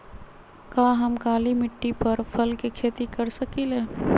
का हम काली मिट्टी पर फल के खेती कर सकिले?